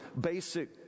basic